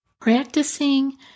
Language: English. practicing